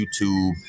YouTube